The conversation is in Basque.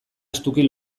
estuki